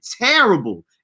terrible